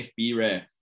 FBREF